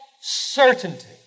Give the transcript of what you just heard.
certainty